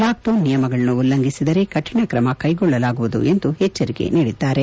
lockdown ನಿಯಮಗಳನ್ನು ಉಲ್ಲಂಘಿಸಿದರೆ ಕಠಿಣ ಕ್ರಮ ಕ್ಕೆಗೊಳ್ಳಲಾಗುವುದು ಎಂದು ಎಚ್ಚರಿಕೆ ನೀಡಿದರು